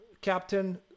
captain